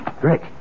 Rick